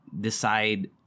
decide